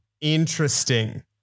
Interesting